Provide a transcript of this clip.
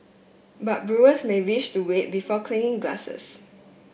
but brewers may wish to wait before clinking glasses